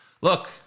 look